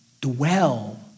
dwell